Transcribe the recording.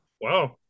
Wow